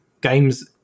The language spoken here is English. games